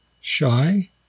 shy